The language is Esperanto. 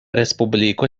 respubliko